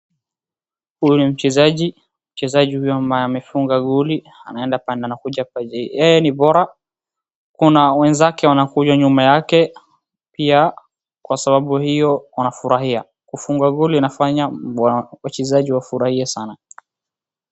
Huyu ni mchezaji, mchezaji huyu ambaye amefunga goli, anaenda pande anakuja pande hii, yeye ni bora, kuna wenzake wanakuja nyuma yake, pia kwa sababu hiyo wanafurahia kufunga goli inafanya wachezaji wafurahie sana.